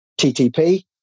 TTP